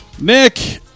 Nick